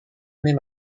même